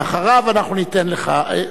ואחריו אנחנו ניתן לך.